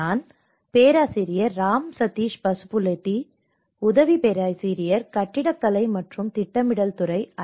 நான் ராம் சதீஷ் பசுபுலேதி உதவி பேராசிரியர் கட்டிடக்கலை மற்றும் திட்டமிடல் துறை ஐ